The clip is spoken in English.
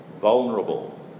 vulnerable